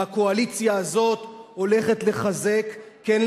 והקואליציה הזאת הולכת לחזק כן,